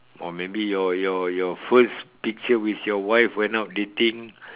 or maybe your your your first picture with your wife when out dating